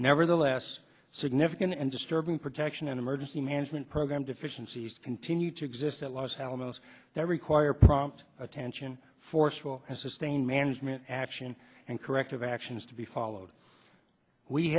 nevertheless significant and disturbing protection and emergency management program deficiencies continue to exist at los alamos that require prompt attention forceful and sustained management action and corrective actions to be followed we